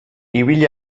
ibil